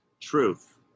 truth